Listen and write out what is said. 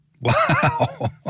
Wow